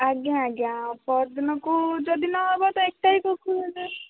ଆଜ୍ଞା ଆଜ୍ଞା ପହରଦିନକୁ ଯଦି ନ ହେବ ଏକ ତାରିଖକୁ